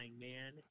man